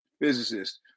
physicist